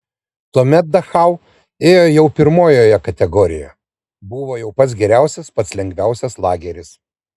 tuomet dachau ėjo jau pirmojoje kategorijoje buvo jau pats geriausias pats lengviausias lageris